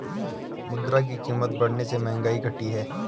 मुद्रा की कीमत बढ़ने से महंगाई घटी है